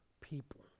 people